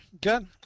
good